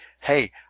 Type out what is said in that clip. hey